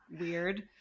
weird